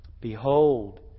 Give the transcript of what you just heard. Behold